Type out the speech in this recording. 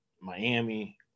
Miami